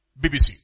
BBC